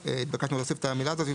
והתבקשנו להוסיף את המילה הזאת,